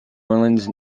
orleans